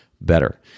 better